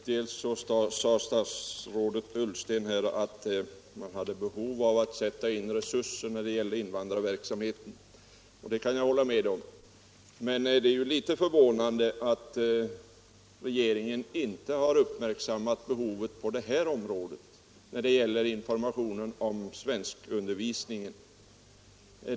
Herr talman! Statsrådet Ullsten sade bl.a. att det förelåg behov av att sätta in resurser när det gällde invandrarverksamheten, och det kan jag hålla med om. Men det är litet förvånande att regeringen inte har uppmärksammat behovet av resurser när det gäller informationen om svenskundervisningen.